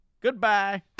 Goodbye